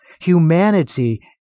Humanity